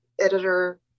editor